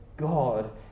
God